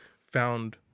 found